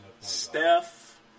Steph